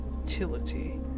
utility